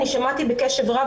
שמעתי בקשב רב,